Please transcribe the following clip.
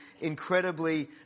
incredibly